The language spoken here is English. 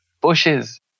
bushes